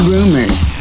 Rumors